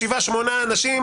שבעה-שמונה אנשים.